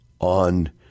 on